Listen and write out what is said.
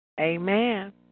Amen